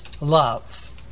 love